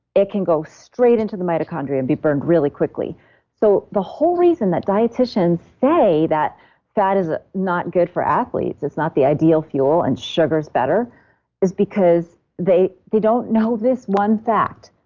it can go straight into the mitochondria and be burned really quickly so the whole reason that dietitians say that fat is ah not good for athletes. it's not the ideal fuel and sugar's better is because they they don't know this one fact.